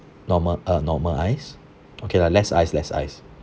normal uh normal ice okay lah less ice less ice